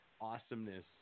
awesomeness